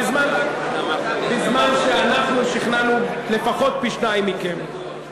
בזמן שאנחנו שכנענו לפחות פי-שניים מכם.